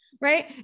right